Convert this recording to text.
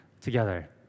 together